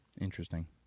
Interesting